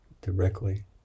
directly